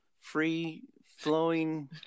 free-flowing